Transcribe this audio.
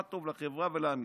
מה טוב לחברה ולעם ישראל.